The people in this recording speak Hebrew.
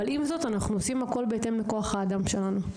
עם זאת, אנחנו עושים הכול בהתאם לכוח האדם שלנו.